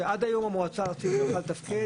שעד היום המועצה הארצית לא יכלה לתפקד